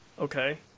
Okay